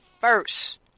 first